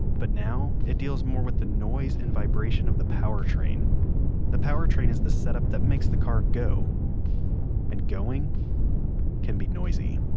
but now, it deals more with the noise and vibration of the powertrain the powertrain is the set up that makes the car go and going can be noisy